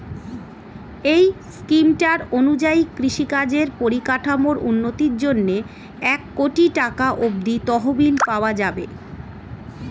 এই স্কিমটার অনুযায়ী কৃষিকাজের পরিকাঠামোর উন্নতির জন্যে এক কোটি টাকা অব্দি তহবিল পাওয়া যাবে